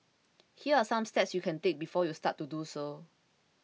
here are some steps you can take before you start to do so